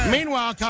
Meanwhile